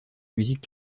musique